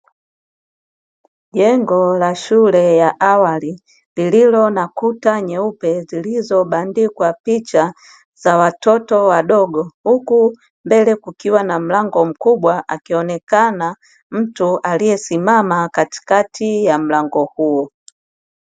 Jengo la shule ya awali lililo na kuta nyeupe zilizobandikwa picha za watoto wadogo huku mbele kukiwa na mlango mkubwa akionekana mtu aliyesimama katikati ya mlango huo.